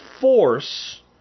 force